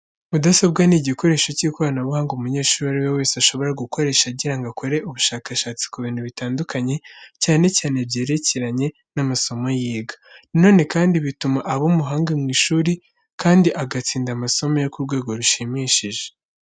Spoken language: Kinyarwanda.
Mudasobwa ni igikoresho cy'ikoranabuhanga umunyeshuri uwo ari we wese ashobora gukoresha agira ngo akore ubushakashatsi ku bintu bitandukanye cyane cyane byerekeranye n'amasomo yiga. Nanone kandi bituma aba umuhanga mu ishuri kandi agatsinda amasomo ye ku rwego rushimishije.